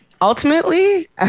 ultimately